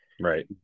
right